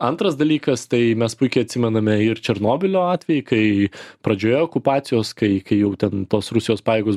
antras dalykas tai mes puikiai atsimename ir černobylio atvejį kai pradžioje okupacijos kai kai jau ten tos rusijos pajėgos